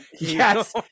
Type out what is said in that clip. yes